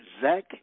Zach